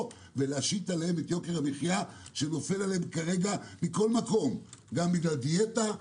ולהשית עליהם את יוקר המחיה שנופל עליהם כרגע מכל מקום גם בגלל דיאטה,